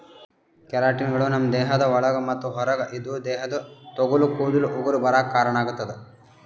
ಕೆರಾಟಿನ್ಗಳು ನಮ್ಮ್ ದೇಹದ ಒಳಗ ಮತ್ತ್ ಹೊರಗ ಇದ್ದು ದೇಹದ ತೊಗಲ ಕೂದಲ ಉಗುರ ಬರಾಕ್ ಕಾರಣಾಗತದ